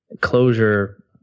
closure